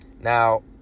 Now